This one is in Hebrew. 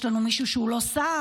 יש לנו מישהו שהוא לא שר,